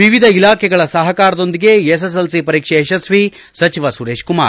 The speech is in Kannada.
ವಿವಿಧ ಇಲಾಖೆಗಳ ಸಹಕಾರದೊಂದಿಗೆ ಎಸ್ಎಸ್ಎಲ್ಸಿ ಪರೀಕ್ಷೆ ಯಶಸ್ವಿ ಸಚಿವ ಸುರೇಶ್ ಕುಮಾರ್